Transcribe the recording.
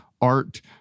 Art